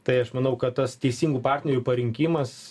tai aš manau kad tas teisingų partnerių parinkimas